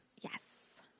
Yes